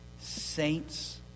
saints